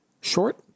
short